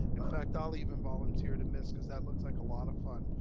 in fact, i'll even volunteer to mist, cause that looks like a lot of fun.